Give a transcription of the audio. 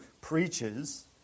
preaches